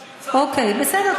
בסדר,